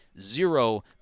zero